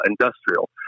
industrial